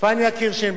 שנייה ושלישית.